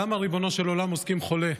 למה, ריבונו של עולם, אוזקים חולה?